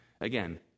Again